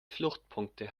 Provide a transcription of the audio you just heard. fluchtpunkte